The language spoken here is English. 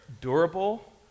durable